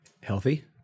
healthy